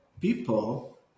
people